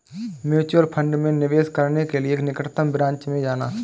mutual fund में निवेश करने के लिए निकटतम ब्रांच में जाना